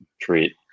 treat